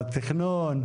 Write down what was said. התכנון?